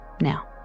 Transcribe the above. Now